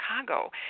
Chicago